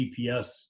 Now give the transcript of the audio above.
GPS